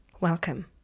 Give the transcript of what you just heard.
Welcome